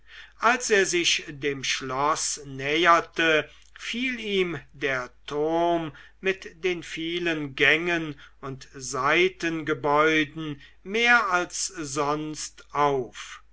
als er sich o dem schloß näherte fiel ihm der turm mit den vielen gängen und seitengebäuden mehr als sonst auf